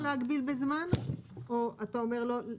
לא להגביל בזמן זה לא מעשי.